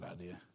idea